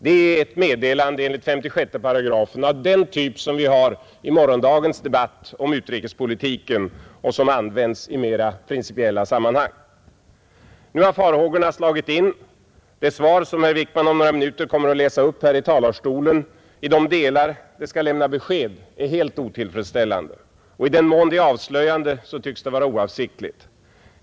Det är ett meddelande enligt § 56 av den typ som vi har i morgondagens debatt om utrikespolitiken och som används i mera principiella sammanhang. Nu har farhågorna slagit in. Det svar som herr Wickman om några minuter kommer att läsa upp här i talarstolen i de delar det skall lämna besked är helt otillfredsställande. Och i den mån det är avslöjande tycks det vara oavsiktligt.